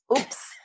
Oops